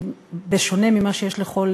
בשונה ממה שיש לכל